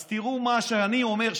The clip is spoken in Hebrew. אז תראו מה שאני אומר,